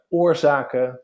oorzaken